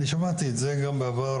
אני שמעתי את זה גם בעבר,